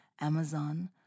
Amazon